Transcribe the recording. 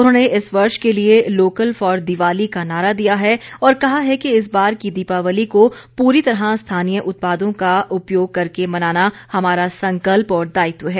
उन्होंने इस वर्ष के लिए लोकल फॉर दिवाली का नारा दिया है और कहा है कि इस बार की दीपावली को पूरी तरह स्थानीय उत्पादों का उपयोग करके मनाना हमारा संकल्प और दायित्व है